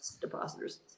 depositors